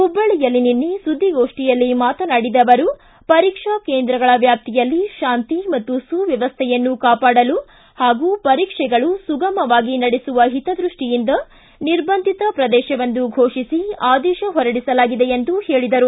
ಹುಬ್ಲಳ್ಳಿಯಲ್ಲಿ ನಿನ್ನೆ ಸುದ್ದಿಗೋಷ್ಠಿಯಲ್ಲಿ ಮಾತನಾಡಿದ ಅವರು ಪರೀಕ್ಷಾ ಕೇಂದ್ರಗಳ ವ್ಯಾಪ್ತಿಯಲ್ಲಿ ಶಾಂತಿ ಮತ್ತು ಸುವ್ಕಮಸ್ವೆಯನ್ನು ಕಾಪಾಡಲು ಹಾಗೂ ಪರೀಕ್ಷೆಗಳು ಸುಗಮವಾಗಿ ನಡೆಸುವ ಹಿತದ್ರಷ್ಷಿಯಿಂದ ನಿರ್ಬಂಧಿತ ಪ್ರದೇಶವೆಂದು ಫೋಷಿಸಿ ಆದೇಶ ಹೊರಡಿಸಲಾಗಿದೆ ಎಂದು ಹೇಳಿದರು